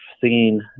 seen